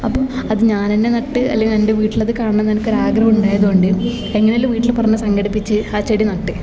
ആ പൂ അത് ഞാനന്നെ നട്ട് അല്ലങ്കിൽ എൻ്റെ വീട്ടിലത് കാണണന്ന് എനിക്കൊരു ആഗ്രഹം ഉണ്ടായത് കൊണ്ട് എങ്ങനെല്ലാം വീട്ടിൽ പറഞ്ഞ് സംഘടിപ്പിച്ച് ആ ചെടി നട്ട്